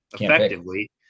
effectively